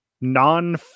non